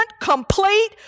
complete